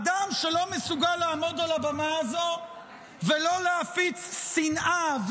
אדם שלא מסוגל לעמוד על הבמה הזו ולא להפיץ שנאה,